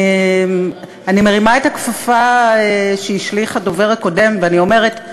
אני מרימה את הכפפה שהשליך הדובר הקודם ואני אומרת: